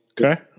okay